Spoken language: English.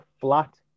flat